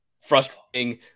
frustrating